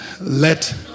let